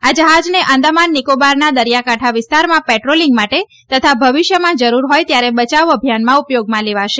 આ જહાજને આંદમાન નિકોબારના દરીયાકાંઠા વિસ્તારમાં પેટ્રોલીંગ માટે તથા ભવિષ્યમાં જરૂર હોય ત્યારે બચાવ અભિયાનમાં ઉપયોગમાં લેવાશે